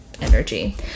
energy